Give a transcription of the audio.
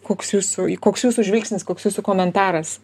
koks jūsų į koks jūsų žvilgsnis koks jūsų komentaras